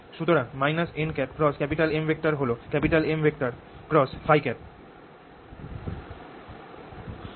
সুতরাং nM হল M ø